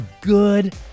good